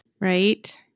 Right